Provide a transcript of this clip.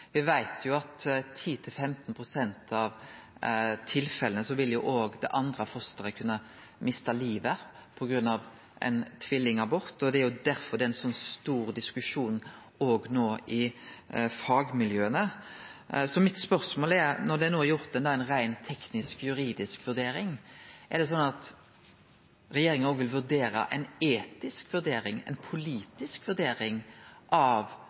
veit jo at i 10–15 pst. av tilfella vil òg det andre fosteret kunne miste livet ved ein tvillingabort, og det er jo derfor det er ein så stor diskusjon no i fagmiljøa. Så mitt spørsmål er: Når det no er gjort ei reint teknisk-juridisk vurdering, vil regjeringa òg gjere ei etisk vurdering, ei politisk vurdering, av eit slikt spørsmål som nettopp, som statsministeren seier, er så etisk